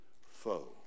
foe